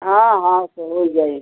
हाँ हाँ सो होइ जाई